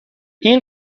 این